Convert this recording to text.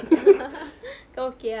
kau okay ah